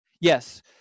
Yes